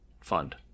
fund